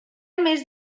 més